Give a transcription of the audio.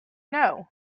know